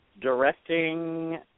directing